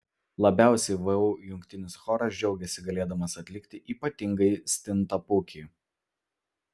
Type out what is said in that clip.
labiausiai vu jungtinis choras džiaugiasi galėdamas atlikti ypatingąjį stintapūkį